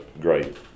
great